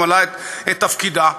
ממלאת את תפקידה?